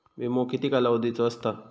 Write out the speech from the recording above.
विमो किती कालावधीचो असता?